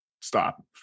Stop